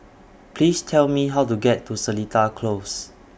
Please Tell Me How to get to Seletar Close